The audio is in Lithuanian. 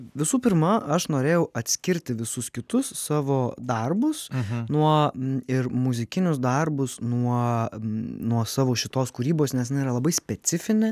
visų pirma aš norėjau atskirti visus kitus savo darbus nuo ir muzikinius darbus nuo nuo savo šitos kūrybos nes jinai yra labai specifinė